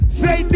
say